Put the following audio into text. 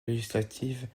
législatives